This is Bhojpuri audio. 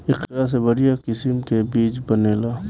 एकरा से बढ़िया किसिम के चीज बनेला